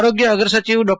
આરોગ્ય અગ્ર સચિવ ડો